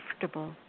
comfortable